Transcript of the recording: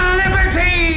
liberty